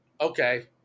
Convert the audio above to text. okay